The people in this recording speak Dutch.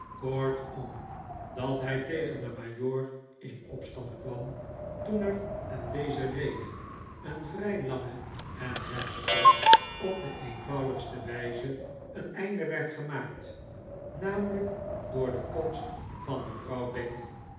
kortom dat hij tegen den majoor in opstand kwam toen er aan deze rede een vrij lange en heftige op de eenvoudigste wijze een einde werd gemaakt namelijk door de komst van mevrouw becky